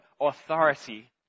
authority